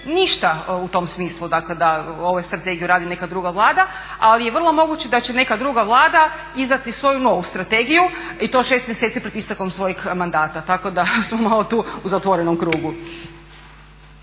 Ništa u tom smislu dakle da ovu strategiju radi neka druga Vlada ali je vrlo moguće da će neka druga Vlada izdati svoju novu strategiju i to 6 mjeseci pred istekom svojeg mandata, tako da smo malo tu u zatvorenom krugu.